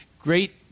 Great